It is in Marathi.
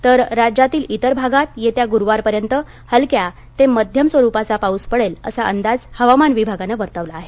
तर राज्यातील इतर भागांत येत्या गुरुवारपर्यंत हलक्या ते मध्यम स्वरुपाचा पाऊस पडेल असा अंदाज हवामान विभागानं वर्तवला आहे